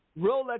Rolex